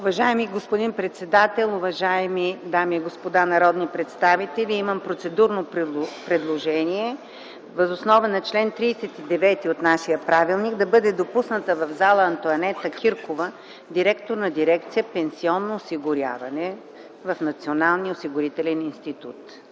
Уважаеми господин председател, уважаеми дами и господа народни представители, имам процедурно предложение: въз основа на чл. 39 от нашия правилник да бъде допусната в залата Антоанета Киркова – директор на дирекция „Пенсионно осигуряване” в Националния осигурителен институт.